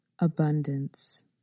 abundance